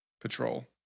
Patrol